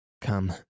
Come